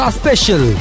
special